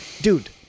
dude